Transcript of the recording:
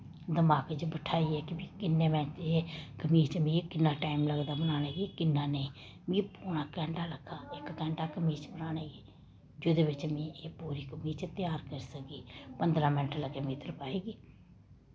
दमाकै च बठाईयै कि में एह् कमीच में किन्ना टैम लगदा बनाने गी किन्ना नेईं मिगी पौना घैंटा लग्गा इक घैंटा कमीच बनाने गी जेह्दे बिच्च में एह् पूरी कमीच त्यार करी सकी पंदरां मैंट लग्गे मीं तरपाई गी